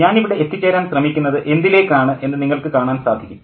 ഞാനിവിടെ എത്തിച്ചേരാൻ ശ്രമിക്കുന്നത് എന്തിലേക്കാണ് എന്ന് നിങ്ങൾക്ക് കാണാൻ സാധിക്കും